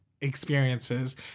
experiences